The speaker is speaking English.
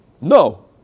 No